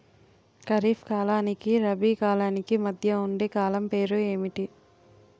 ఖరిఫ్ కాలానికి రబీ కాలానికి మధ్య ఉండే కాలం పేరు ఏమిటి?